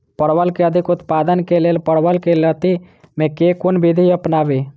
परवल केँ अधिक उत्पादन केँ लेल परवल केँ लती मे केँ कुन विधि अपनाबी?